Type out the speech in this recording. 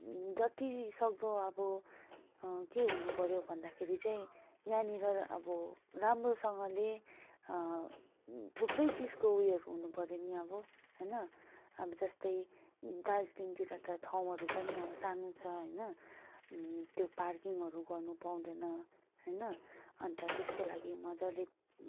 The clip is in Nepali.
जति सक्दो अब के हुनुपर्यो भन्दाखेरि चाहिँ यहाँनिर अब राम्रोसँगले थुप्रै चिजको उयोहरू हुनु पर्यो नि अब होइन अब जस्तै दार्जिलिङतिर त ठाउँहरू पनि अब सानो छ होइन त्यो पार्किङहरू गर्नु पाउँदैन होइन अन्त त्यसको लागि मज्जाले